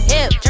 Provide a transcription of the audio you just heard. Hip